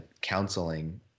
counseling